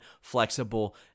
flexible